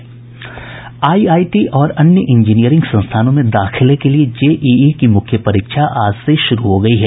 IIT और अन्य engineering संस्थानों में दाखिले के लिये जेईई की मुख्य परीक्षा आज शुरू हो गयी है